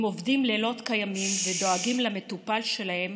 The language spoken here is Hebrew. הם עובדים לילות כימים ודואגים למטופל שלהם